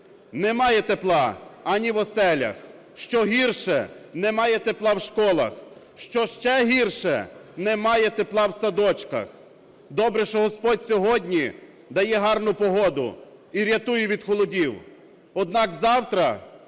немає тепла ані в оселях, що гірше, немає тепла в школах, що ще гірше, немає тепла в садочках. Добре, що Господь сьогодні дає гарну погоду і рятує від холодів.